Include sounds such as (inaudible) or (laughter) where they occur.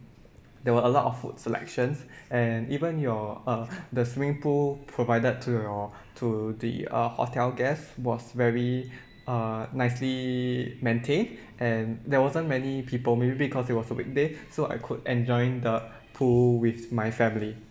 there were a lot of food selections and even your uh (breath) the swimming pool provided to your to the uh hotel guests was very uh nicely maintained and there wasn't many people maybe because it was a weekday so I could enjoying the pool with my family